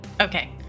Okay